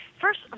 first